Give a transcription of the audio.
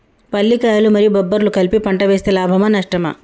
పల్లికాయలు మరియు బబ్బర్లు కలిపి పంట వేస్తే లాభమా? నష్టమా?